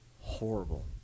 horrible